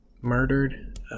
murdered